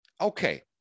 Okay